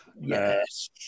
Yes